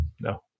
no